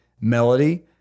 melody